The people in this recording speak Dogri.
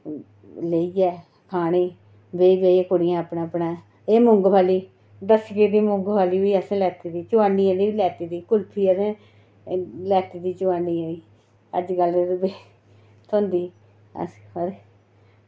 लेइयै खानी बेही बेहियै कुड़ियें अपने एह् मुंगफली दस्सी दी मूंगफली बी असें लैती दी चुआन्नी दी बी लैती दी कुल्फी असें लैती दी चुआनियें दी अजकल ते थ्होंदी